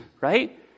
right